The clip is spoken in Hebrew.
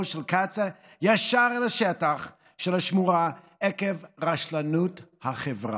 של קצא"א ישר אל השטח של השמורה עקב רשלנות החברה.